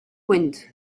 wind